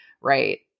right